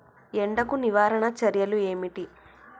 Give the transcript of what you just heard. ఎండకు నివారణ చర్యలు ఏమిటి?